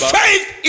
faith